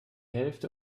hälfte